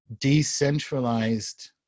decentralized